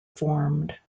formed